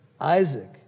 Isaac